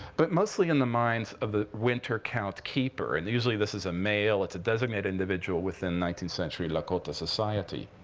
but mostly in the minds of the winter count keeper. and usually, this is a male. it's a designated individual within nineteenth century lakota society.